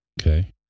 Okay